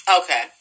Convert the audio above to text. Okay